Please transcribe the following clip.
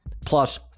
plus